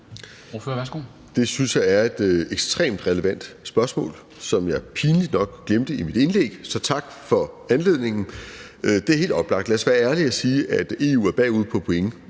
Det synes jeg er et ekstremt relevant spørgsmål, som jeg pinligt nok glemte i mit indlæg. Så tak for anledningen til at komme ind på det nu. Det er helt oplagt. Lad os være ærlige at sige, at EU er bagud på point